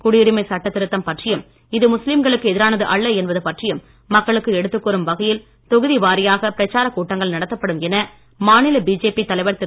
குடியுரிமை சட்டதிருத்தம் பற்றியும் இது முஸ்லீம்களுக்கு எதிரானது அல்ல என்பது பற்றியும் மக்களுக்கு எடுத்துக் கூறும் வகையில் தொகுதிவாரியாக பிரச்சாரக் கூட்டங்கள் நடத்தப்படும் என மாநில பிஜேபி தலைவர் திரு